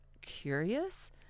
curious